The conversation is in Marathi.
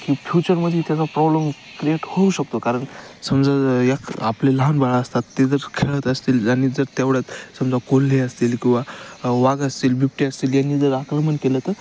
की फ्युचरमध्ये त्याचा प्रॉब्लेम क्रिएट होऊ शकतो कारण समजा जर या आपले लहान बाळं असतात ते जर खेळत असतील आणि जर तेवढ्यात समजा कोल्हे असतील किंवा वाघ असतील बिबटे असतील यांनी जर आक्रमण केलं तर